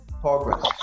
progress